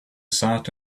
sat